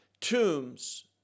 tombs